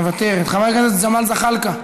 מוותרת, חבר הכנסת ג'מאל זחאלקה,